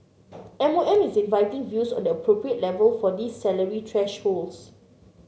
M O M is inviting views on the appropriate level for these salary thresholds